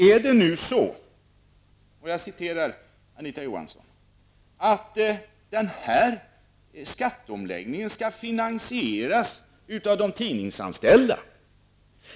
Är det nu så -- och jag citerar Anita Johansson -- att den här skatteomläggningen skall finansieras av de tidningsanställda?